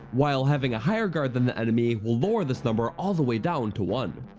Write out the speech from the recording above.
while having a higher guard then the enemy will lower this number all the way down to one.